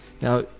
Now